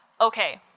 okay